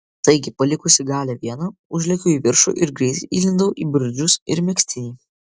taigi palikusi galią vieną užlėkiau į viršų ir greitai įlindau į bridžus ir megztinį